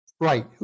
Right